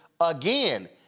Again